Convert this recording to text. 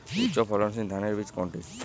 উচ্চ ফলনশীল ধানের বীজ কোনটি?